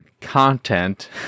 content